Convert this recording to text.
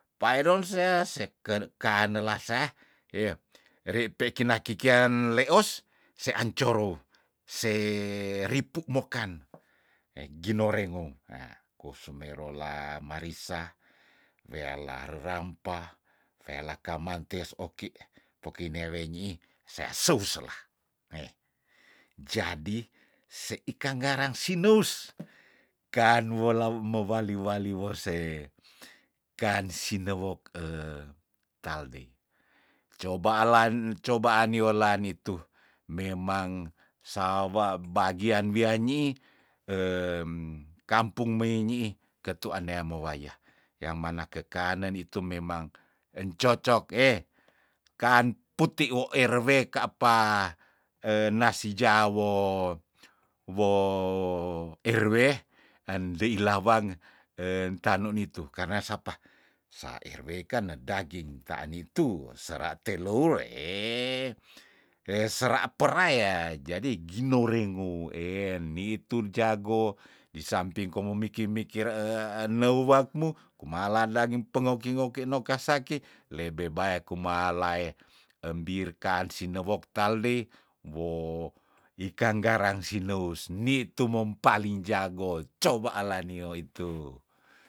Pairon sea sek kede kanela seah heh ripe kina kikian leos seancorou se ripu mokan egino rengou hah kosumero la marisa wealah rerampa wealah kamantes oki poki newe nyiih sea sou selah heh jadi se ikang ngarang sineus kan nuola wu mewali- wali wose kan sinewok taldei cobalan cobaan yolan nitu memang sawa bagian wian nyiih kampung mei nyiih ketuan neamou waya yamana kekanen itu memang encocok eh kanputi wo rw kapa nasi jawo woo rw endeila wange entanu nitu karna sapa sa rw kan nedaging taan nitu sera telouree he sera pera ya jadi ginurengou ennitul jago disamping komu miki- mikir eneu wakmu kumala daging pengoki- ngoki no kasake lebe bae kumalae embirkan sinewok taldei woh ikang garang sinewus nitu mompaling jago coba ala nio itu.